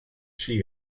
she